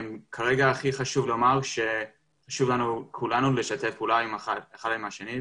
כרגע הכי חשוב לומר הוא שחשוב שכולנו נשתף פעולה אחד עם השני,